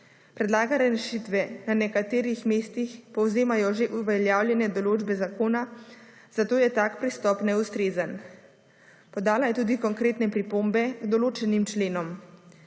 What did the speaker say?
Predlagane rešitve na nekaterih mestih povzemajo že uveljavljene določbe zakona, zato je tak pristop neustrezen. Podala je tudi konkretne pripombe k določenim členom.